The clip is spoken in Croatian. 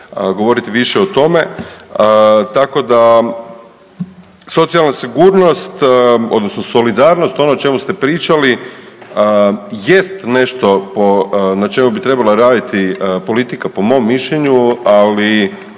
govorit više o tome, tako da. Socijalna sigurnost odnosno solidarnost, ono o čemu ste pričali jest nešto na čemu bi trebala raditi politika po mom mišljenju, ali